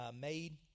made